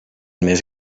més